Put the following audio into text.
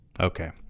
okay